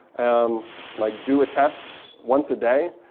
um like do a test once a day,